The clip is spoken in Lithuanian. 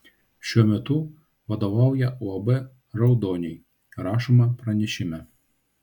šiuo metu vadovauja uab raudoniai rašoma pranešime